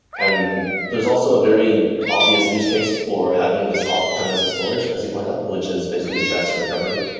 and there's also a very obvious use case for having this off-premise storage as you point out, which is basically disaster recovery,